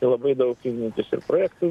tai labai daug ignitis ir projektų